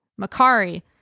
Makari